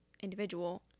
individual